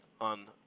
on